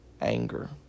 anger